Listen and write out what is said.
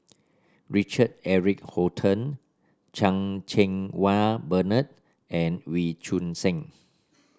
Richard Eric Holttum Chan Cheng Wah Bernard and Wee Choon Seng